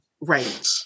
Right